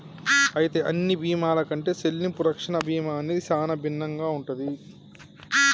అయితే అన్ని బీమాల కంటే సెల్లింపు రక్షణ బీమా అనేది సానా భిన్నంగా ఉంటది